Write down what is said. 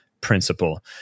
principle